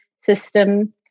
system